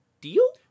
deal